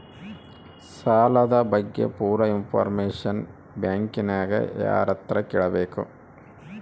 ಸಾಲದ ಬಗ್ಗೆ ಪೂರ ಇಂಫಾರ್ಮೇಷನ ಬ್ಯಾಂಕಿನ್ಯಾಗ ಯಾರತ್ರ ಕೇಳಬೇಕು?